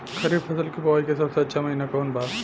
खरीफ फसल के बोआई के सबसे अच्छा महिना कौन बा?